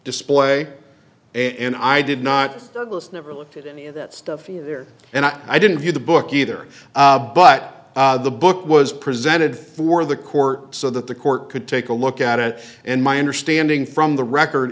display and i did not notice never looked at any of that stuff either and i didn't view the book either but the book was presented for the court so that the court could take a look at it and my understanding from the record